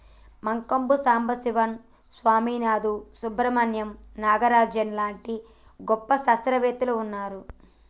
మంకంబు సంబశివన్ స్వామినాధన్, సుబ్రమణ్యం నాగరాజన్ లాంటి గొప్ప శాస్త్రవేత్తలు వున్నారు